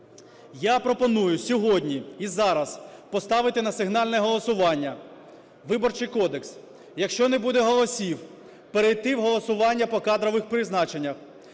Я пропоную сьогодні і зараз поставити на сигнальне голосування Виборчий кодекс. Якщо не буде голосів, перейти в голосування по кадрових призначеннях.